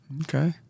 Okay